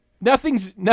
nothing's